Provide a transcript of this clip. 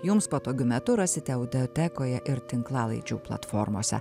jums patogiu metu rasite audiotekoje ir tinklalaidžių platformose